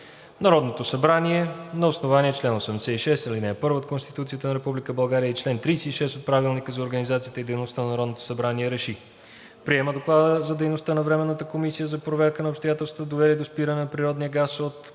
Народното събрание на основание чл. 86, ал. 1 от Конституцията на Република България и чл. 36 от Правилника за организацията и дейността на Народното събрание РЕШИ: Приема Доклада за дейността на Временната комисия за проверка на обстоятелствата, довели до спиране на природния газ от